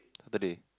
Saturday